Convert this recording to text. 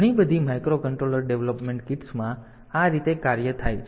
ઘણી બધી microcontroller development કિટ્સમાં તેઓ આ રીતે કાર્ય કરે છે